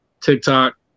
TikTok